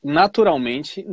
naturalmente